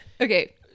okay